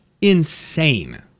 insane